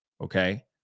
okay